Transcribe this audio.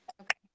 okay